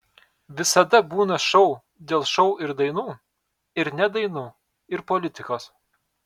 visada būna šou dėl šou ir dainų ir ne dainų ir politikos